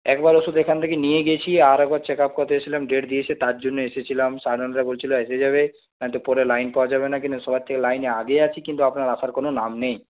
একবার ওষুদ এখানে থেকে নিয়ে গিয়েছি আর একবার চেক আপ করাতে এসেছিলাম ডেট দিয়েছে তার জন্য এসেছিলাম সাড়ে নটায় বলেছিল এসে যাবে নয়তো পরে লাইন পাওয়া যাবে না কি না সবার থেকে লাইনে আগে আছি কিন্তু আপনার আসার কোনও নাম নেই